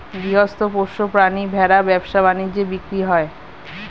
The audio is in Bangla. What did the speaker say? গৃহস্থ পোষ্য প্রাণী ভেড়া ব্যবসা বাণিজ্যে বিক্রি হয়